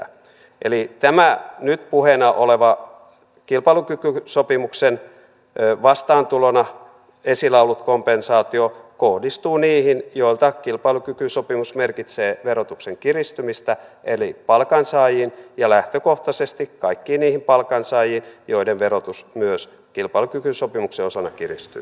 eli tämä nyt puheena oleva kilpailukykysopimuksen vastaantulona esillä ollut kompensaatio kohdistuu niihin joilla kilpailukykysopimus merkitsee verotuksen kiristymistä eli palkansaajiin ja lähtökohtaisesti kaikkiin niihin palkansaajiin joiden verotus myös kilpailukykysopimuksen osana kiristyy